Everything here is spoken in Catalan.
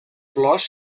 flors